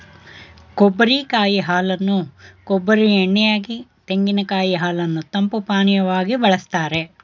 ಕೊಬ್ಬರಿ ಕಾಯಿ ಹಾಲನ್ನು ಕೊಬ್ಬರಿ ಎಣ್ಣೆ ಯಾಗಿ, ತೆಂಗಿನಕಾಯಿ ಹಾಲನ್ನು ತಂಪು ಪಾನೀಯವಾಗಿ ಬಳ್ಸತ್ತರೆ